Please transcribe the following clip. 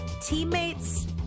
teammates